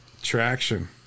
Traction